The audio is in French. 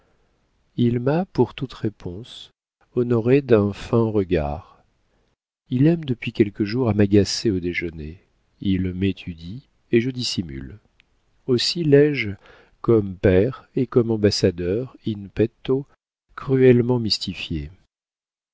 il m'a pour toute réponse honorée d'un fin regard il aime depuis quelques jours à m'agacer au déjeuner il m'étudie et je dissimule aussi l'ai-je comme père et comme ambassadeur in petto cruellement mystifié